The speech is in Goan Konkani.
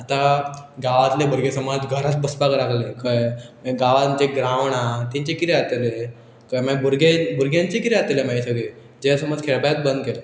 आतां गांवांतले भुरगे समज घराच बसपाक लागलें कळळे गांवान जें ग्रावण्ड आसा तेंचें कितें जातले कळेगीरुरगे भुरग्यांचें कितें जातलें मागीर सगळें जे समज खेळप्याक बंद केले